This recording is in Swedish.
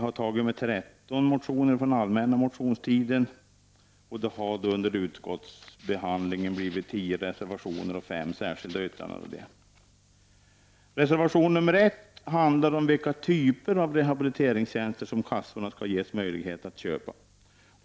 Samtidigt har 13 motioner från allmänna motionstiden behandlats. Det har under utskottsbehandlingen resulterat i 10 reservationer och 5 särskilda yttranden Reservation nr 1 handlar om vilka typer av rehabiliteringstjänster som kassorna skall ges möjlighet att köpa.